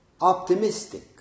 optimistic